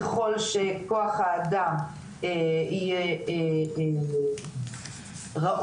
ככל שכוח האדם יהיה יותר ראוי,